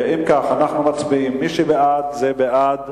אם כך, אנחנו מצביעים, מי שבעד, זה בעד.